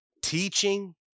teaching